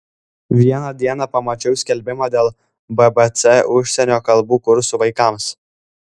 vieną dieną pamačiau skelbimą dėl bbc užsienio kalbų kursų vaikams